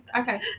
okay